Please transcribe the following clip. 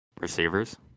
receivers